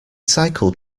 cycle